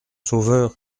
sauveur